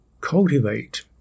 cultivate